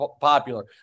popular